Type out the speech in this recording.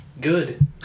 Good